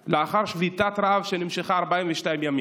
לאחר שביתת רעב שנמשכה 42 ימים,